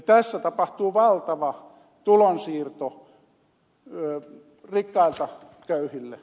tässä tapahtuu valtava tulonsiirto rikkailta köyhille